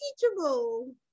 teachable